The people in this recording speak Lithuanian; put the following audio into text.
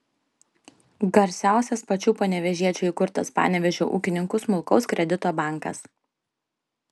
garsiausias pačių panevėžiečių įkurtas panevėžio ūkininkų smulkaus kredito bankas